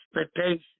expectations